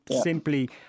simply